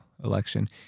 Election